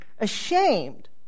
Ashamed